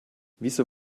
wieso